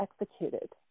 executed